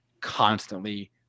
constantly